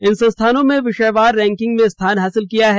इन संस्थानों में विषयवार रैंकिंग में स्थान हासिल किया है